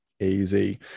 Easy